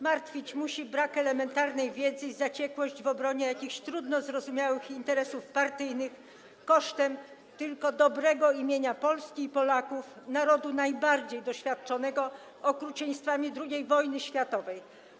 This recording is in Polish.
Martwić musi brak elementarnej wiedzy i zaciekłość w obronie jakichś trudno zrozumiałych interesów partyjnych kosztem tylko dobrego imienia Polski i Polaków, narodu najbardziej doświadczonego okrucieństwami II wojny światowej.